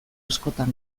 askotan